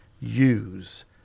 use